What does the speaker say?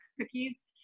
cookies